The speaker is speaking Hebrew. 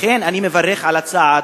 לכן אני מברך על הצעד,